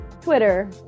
Twitter